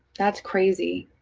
that's crazy.